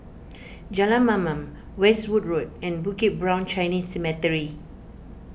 Jalan Mamam Westwood Road and Bukit Brown Chinese Cemetery